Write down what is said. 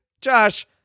Josh